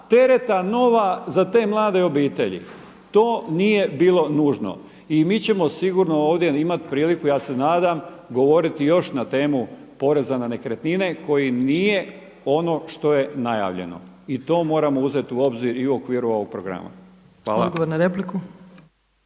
tereta nova za te mlade obitelji. To nije bilo nužno. I mi ćemo sigurno ovdje imati priliku, ja se nadam, govoriti još na temu poreza na nekretnine koji nije ono što je najavljeno i to moramo uzeti u obzir i u okviru ovog programa. Hvala.